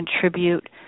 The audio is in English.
contribute